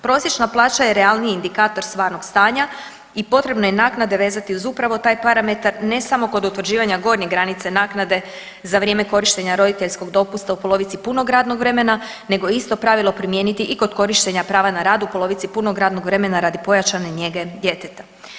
Prosječna plaća je realniji indikator stvarnog stanja i potrebno je naknade vezati uz upravo taj parametar ne samo kod utvrđivanja gornje granice naknade za vrijeme korištenja roditeljskog dopusta u polovici punog radnog vremena nego isto pravilo primijeniti i kod korištenja prava na rad u polovici punog radnog vremena radi pojačane njege djeteta.